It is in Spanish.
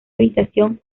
habitación